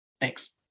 Thanks